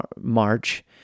March